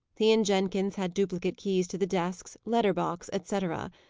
he and jenkins had duplicate keys to the desks, letter-box, etc.